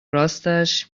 راستش